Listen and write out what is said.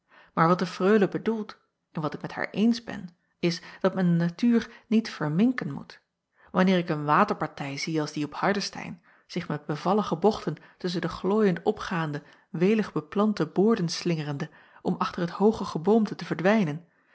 maar wat de reule bedoelt en wat ik met haar eens ben is dat men de natuur niet verminken moet anneer ik een waterpartij zie als die op ardestein zich met bevallige bochten tusschen de glooiend opgaande welig beplante boorden slingerende om achter het hooge geboomte te verdwijnen